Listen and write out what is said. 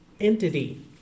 entity